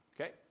Okay